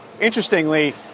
Interestingly